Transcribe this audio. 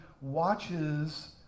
watches